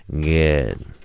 good